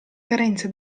carenze